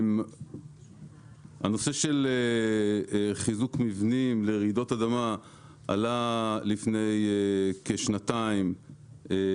הנושא של חיזוק מבנים לרעידות אדמה עלה לפני כשנתיים,